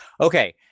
Okay